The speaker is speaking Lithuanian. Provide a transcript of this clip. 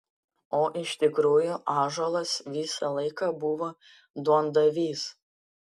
o iš tikrųjų ąžuolas visą laiką buvo duondavys